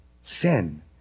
Sin